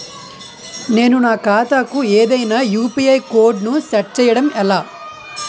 నేను నా ఖాతా కు ఏదైనా యు.పి.ఐ కోడ్ ను సెట్ చేయడం ఎలా?